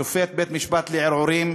שופט בית-משפט לערעורים,